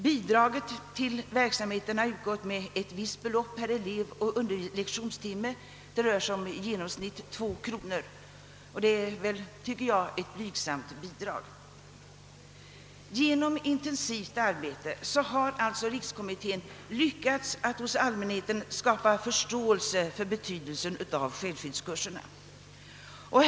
Bidrag till verksamheten har utgått med ett visst belopp per elev och lektionstimme; det rör sig i genomsnitt om 2 kronor vilket enligt min mening är ett blygsamt bidrag. Genom intensivt arbete har alltså Rikskommitteén lyckats att hos allmänheten skapa förståelse för betydelsen av självskyddskurserna.